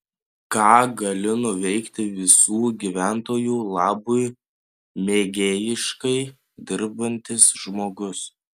ką gali nuveikti visų gyventojų labui mėgėjiškai dirbantis žmogus